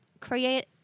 Create